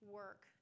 work